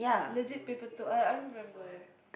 legit people thought I I don't remember eh